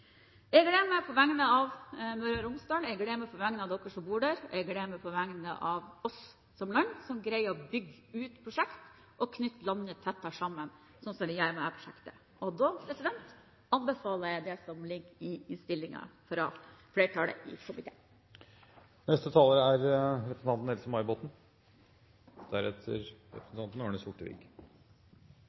Jeg gleder meg på vegne av Møre og Romsdal, jeg gleder meg på vegne av dere som bor der, jeg gleder meg på vegne av oss som land som greier å bygge ut prosjekt og knytte landet tettere sammen – sånn som vi gjør med dette prosjektet. Da anbefaler jeg det som ligger i innstillingen fra flertallet i komiteen. God og sikker infrastruktur er